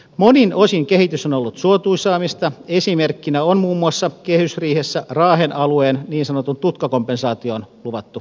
monin osin kehitys on ollut suotuisaa mistä esimerkkinä on muun muassa kehysriihessä raahen alueen niin sanottuun tutkakompensaatioon luvattu rahoitus